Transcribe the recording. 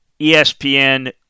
ESPN